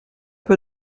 peu